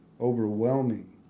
overwhelming